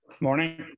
Morning